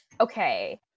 okay